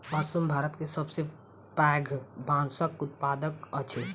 असम भारत के सबसे पैघ बांसक उत्पादक अछि